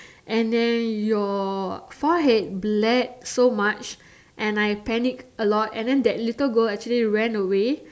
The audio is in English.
and then your forehead bled so much and I panic a lot and then the little girl actually ran away